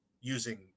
using